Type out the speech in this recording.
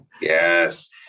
Yes